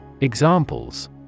Examples